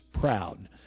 proud